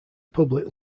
public